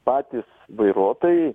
patys vairuotojai